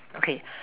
okay